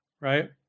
right